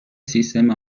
سیستم